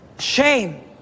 Shame